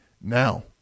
now